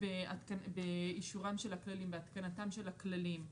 באישורם של הכללים והתקנתם של הכללים.